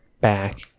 back